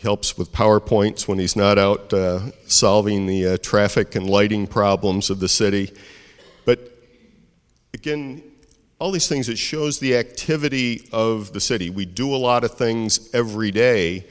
helps with power points when he's not out solving the traffic and lighting problems of the city but again all these things that shows the activity of the city we do a lot of things every day